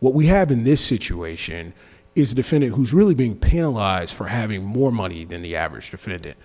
what we have in this situation is a defendant who's really being paralyzed for having more money than the average